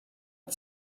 had